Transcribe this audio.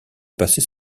passer